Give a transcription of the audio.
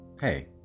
hey